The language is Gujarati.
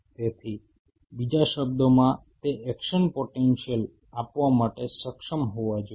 તેથી બીજા શબ્દોમાં તે એક્શન પોટેન્શિયલ આપવા માટે સક્ષમ હોવા જોઈએ